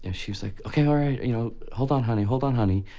and she was like, ok, alright, you know, hold on, honey. hold on, honey.